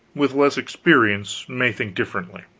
with less experience, may think differently.